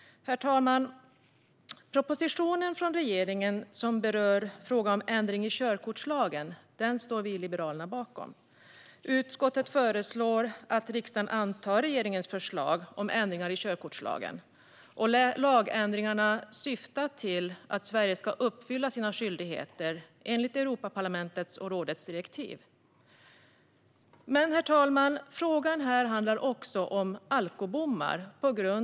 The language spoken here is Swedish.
Herr talman! Propositionen från regeringen som berör frågan om ändring i körkortslagen står vi i Liberalerna bakom. Utskottet föreslår att riksdagen antar regeringens förslag om ändringar i körkortslagen. Lagändringarna syftar till att Sverige ska uppfylla sina skyldigheter enligt Europaparlamentets och rådets direktiv. Herr talman! Betänkandet behandlar också frågan om alkobommar.